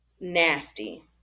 nasty